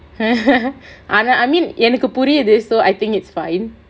ஆனா:aanaa I mean எனக்கு புரியுது:enakku puriyuthu so I think it's fine